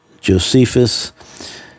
Josephus